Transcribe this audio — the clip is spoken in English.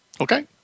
Okay